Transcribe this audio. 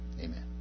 Amen